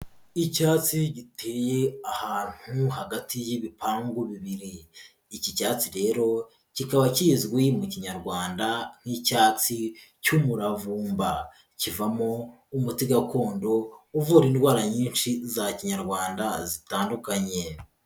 Icyatsi giteye ahantu hagati y'ibipangu bibiri. Iki cyatsi rero kikaba kizwi mu kinyarwanda nk'icyatsi cy'umuravumba. Kivamo w'umuti gakondo uvura indwara nyinshi za kinyarwanda zitandukanye.